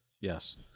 yes